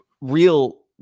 real